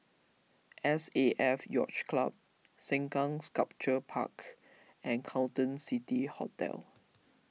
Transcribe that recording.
S A F Yacht Club Sengkang Sculpture Park and Carlton City Hotel